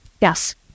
Yes